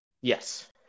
Yes